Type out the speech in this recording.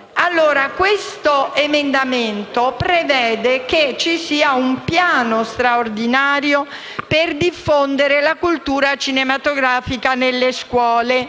in esame prevede dunque un piano straordinario per diffondere la cultura cinematografica nelle scuole.